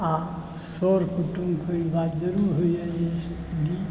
आओर सर कुटुमके ई बात जरूर होइए जे दी